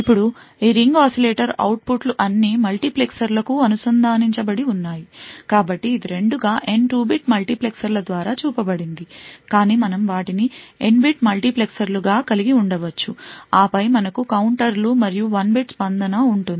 ఇప్పుడు ఈ ring oscillator output లు అన్ని మల్టీప్లెక్సర్లకూ అనుసంధానించబడి ఉన్నాయి కాబట్టి ఇది రెండుగా N 2 bit మల్టీప్లెక్సర్ల ద్వారా చూపబడింది కాని మనం వాటిని N bit మల్టీప్లెక్సర్లు గా కలిగి ఉండవచ్చు ఆపై మనకు కౌంటర్లు మరియు 1 bit ప్రతిస్పందన ఉంటుంది